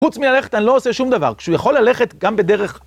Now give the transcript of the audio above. חוץ מללכת אני לא עושה שום דבר, כשהוא יכול ללכת גם בדרך.